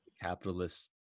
capitalist